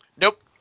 Nope